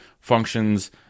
functions